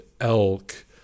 elk